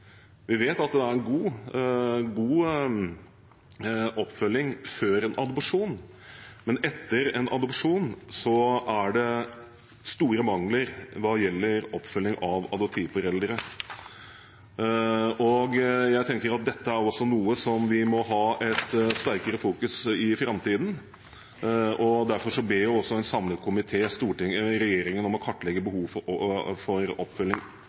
Vi vet at det er god oppfølging før en adopsjon, men etter en adopsjon er det store mangler hva gjelder oppfølging av adoptivforeldre. Jeg tenker at dette er også noe som vi må ha sterkere i fokus i framtiden. Derfor foreslår også en samlet komité at Stortinget ber regjeringen om å kartlegge behovet for oppfølging